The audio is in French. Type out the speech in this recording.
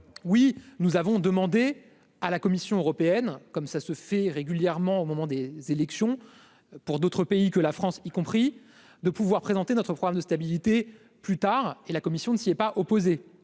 oui, nous avons demandé à la Commission européenne, comme ça se fait régulièrement au moment des élections pour d'autres pays que la France y compris de pouvoir présenter notre programme de stabilité plus tard et la Commission ne s'y est pas opposé